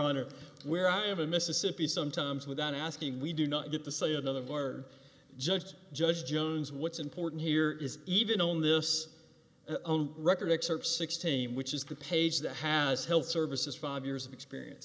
honor where i have a mississippi sometimes without asking we do not get to say another word just judge jones what's important here is even on this record excerpt sixteen which is the page that has health services five years of experience